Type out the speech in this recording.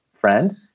friend